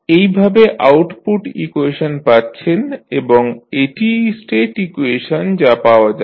এইভাবে output equation পাচ্ছেন এবং এটিই স্টেট ইকুয়েশন যা পাওয়া যাচ্ছে